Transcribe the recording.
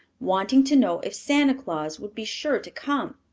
wanting to know if santa claus would be sure to come.